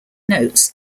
notes